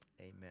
Amen